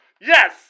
Yes